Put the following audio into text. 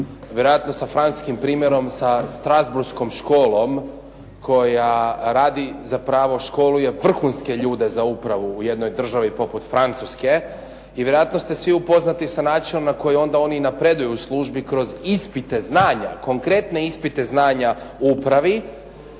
vjerojatno sa francuskim primjerom, sa strasbourskom školom koja radi, zapravo školuje vrhunske ljude za upravu u jednoj državi poput Francuske i vjerojatno ste svi upoznati sa načinom na koji onda oni i napreduju u službi kroz ispite znanja, konkretne ispite znanja u upravi,